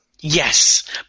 Yes